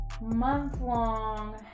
month-long